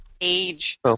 age